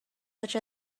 such